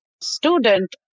student